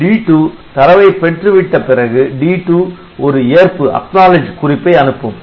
D2 தரவை பெற்றுவிட்ட பிறகு D2 ஒரு ஏற்பு குறிப்பை அனுப்பும்